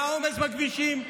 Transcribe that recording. מהעומס בכבישים,